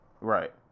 Right